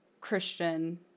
Christian